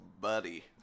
buddy